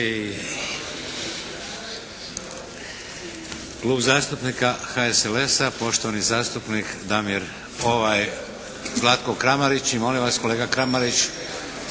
Klub zastupnika HSLS-a, poštovani zastupnik Zlatko Kramarić i molim vas kolega Kramarić